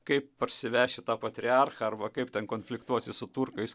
kaip parsiveši tą patriarchą arba kaip ten konfliktuosi su turkais